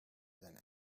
than